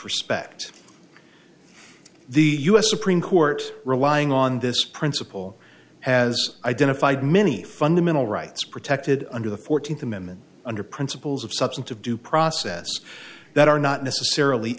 respect the u s supreme court relying on this principle as identified many fundamental rights protected under the fourteenth amendment under principles of substantive due process that are not necessarily